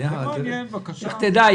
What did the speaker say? לך תדע,